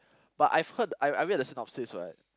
but I've heard I I read the synopsis [what]